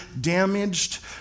damaged